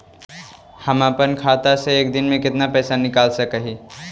हम अपन खाता से एक दिन में कितना पैसा निकाल सक हिय?